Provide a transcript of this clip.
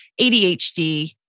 ADHD